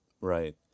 Right